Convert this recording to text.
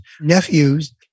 nephews